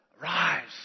Rise